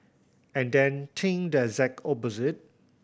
and then think the exact opposite